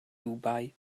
dubai